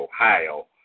Ohio